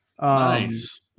Nice